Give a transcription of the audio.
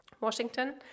Washington